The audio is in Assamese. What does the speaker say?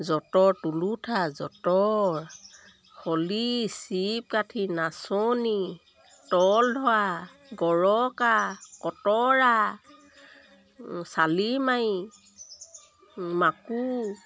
যঁতৰ তুলুঠা যঁতৰ হলি চিপ কাঠি নাচনী তল ধোৱা গৰকা কটৰা চালি মাৰি মাকো